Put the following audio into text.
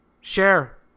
Share